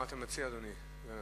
מה אתה מציע, אדוני השר?